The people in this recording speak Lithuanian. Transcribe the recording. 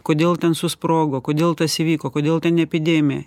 kodėl ten susprogo kodėl tas įvyko kodėl ten epidemija